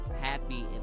happy